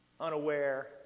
unaware